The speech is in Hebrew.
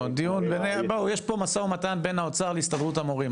בוא יש פה משא ומתן בין האוצר לבין הסתדרות המורים,